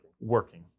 Working